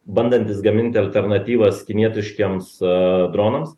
bandantys gaminti alternatyvas kinetiškiems a dronams